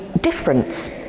difference